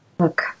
Look